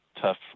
tough